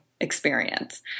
experience